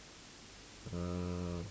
uh